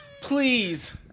Please